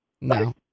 No